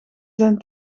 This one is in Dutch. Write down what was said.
zijn